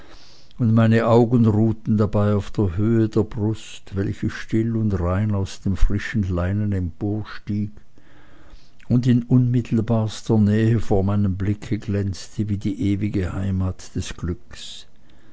und meine augen ruhten dabei auf der höhe der brust welche still und rein aus dem frischen linnen emporstieg und in unmittelbarster nähe vor meinem blicke glänzte wie die ewige heimat des glückes